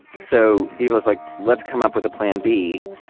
so devo is like, let's come up with a plan b.